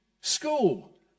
school